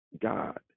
God